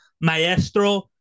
maestro